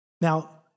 Now